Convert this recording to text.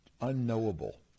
unknowable